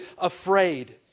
afraid